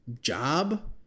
job